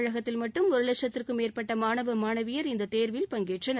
தமிழகத்தில் மட்டும் ஒரு வட்சத்திற்கும் மேற்பட்ட மாணவ மாணவியர் இந்த தேர்வில் பங்கேற்றனர்